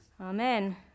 Amen